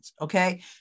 okay